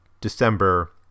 December